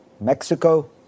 Mexico